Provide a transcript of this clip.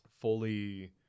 fully